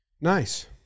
Nice